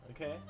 Okay